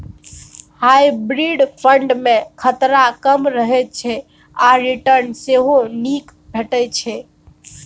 hybrid fund मे खतरा कम रहय छै आ रिटर्न सेहो नीक भेटै छै